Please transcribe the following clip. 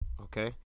Okay